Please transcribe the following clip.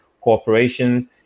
corporations